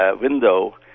window